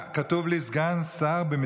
כך זה צריך להיות, סליחה.